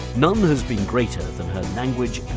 none has been greater than her language